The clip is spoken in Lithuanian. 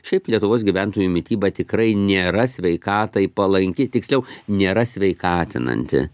šiaip lietuvos gyventojų mityba tikrai nėra sveikatai palanki tiksliau nėra sveikatinanti